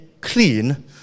clean